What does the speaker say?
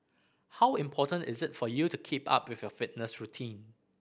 how important is it for you to keep up with your fitness routine